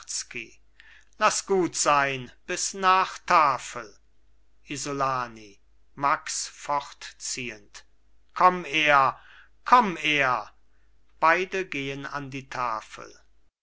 laß gut sein bis nach tafel isolani max fortziehend komm er komm er beide gehen an die tafel